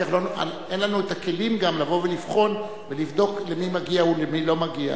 אין לנו הכלים לבחון ולבדוק למי מגיע ולמי לא מגיע.